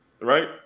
right